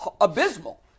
abysmal